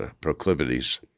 proclivities